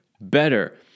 better